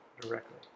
directly